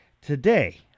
Today